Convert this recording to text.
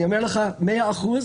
אני אומר לך, מאה אחוז.